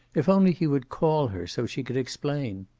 if only he would call her, so she could explain.